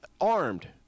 armed